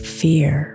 fear